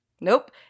nope